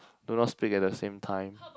do not speak at the same time